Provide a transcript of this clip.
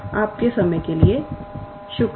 आपके समय के लिए शुक्रिया